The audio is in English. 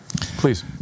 Please